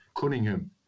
Cunningham